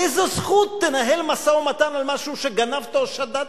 באיזו זכות תנהל משא-ומתן על משהו שגנבת או שדדת?